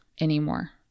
Anymore